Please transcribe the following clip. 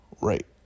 right